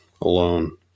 alone